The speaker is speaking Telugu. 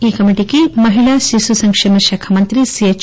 ఈ కమిటీకి మహిళా శిశు సంక్షేమశాఖ మంతి సిహెచ్